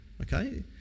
okay